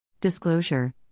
Disclosure